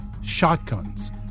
shotguns